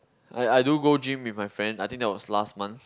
I I do go gym with my friends I think that was last month